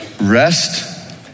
Rest